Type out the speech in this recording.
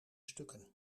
stukken